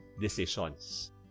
decisions